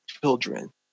children